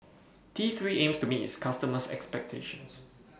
T three aims to meet its customers' expectations